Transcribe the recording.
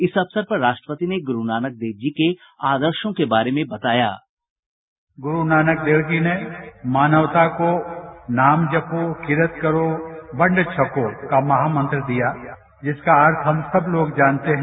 इस अवसर पर राष्ट्रपति ने गुरूनानक देव जी के आदर्शों के बारे में बताया बाईट राष्ट्रपति गुरूनानक देव जी ने मानवता को नाम जपो किरत करो वंड छको का महामंत्र दिया जिसका अर्थ हम सब लोग जानते है